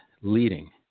leading